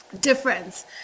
difference